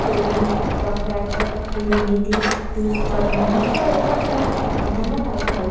ଚୋରି ଡକାୟତ ଦୁର୍ନୀତି ଦୁଷ୍କର୍ମ ବିଷୟରେ ମଧ୍ୟ ସନ୍ଧାନ ପାଇଥାଉ